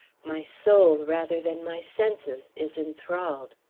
my soul, rather than my senses, is enthralled.